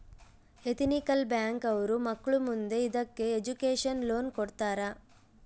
ethical bank ಅವ್ರು ಮಕ್ಳು ಮುಂದೆ ಇದಕ್ಕೆ ಎಜುಕೇಷನ್ ಲೋನ್ ಕೊಡ್ತಾರ